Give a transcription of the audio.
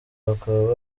bakaba